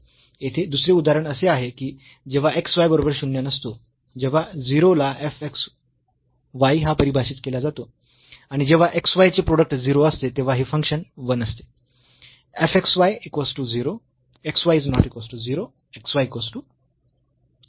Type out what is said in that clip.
येथे दुसरे उदाहरण असे आहे की जेव्हा x y बरोबर शून्य नसतो तेव्हा 0 ला f x y हा परिभाषित केला जातो आणि जेव्हा x y चे प्रोडक्ट 0 असते तेव्हा हे फंक्शन 1 असते